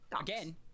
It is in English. Again